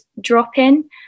drop-in